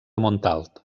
montalt